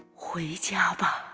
way to ah but